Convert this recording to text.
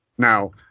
Now